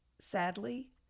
sadly